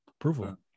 approval